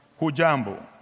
Hujambo